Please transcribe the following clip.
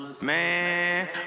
man